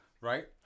Right